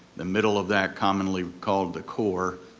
the middle of that, commonly called the core,